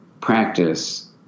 practice